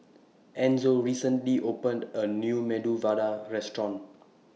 Enzo recently opened A New Medu Vada Restaurant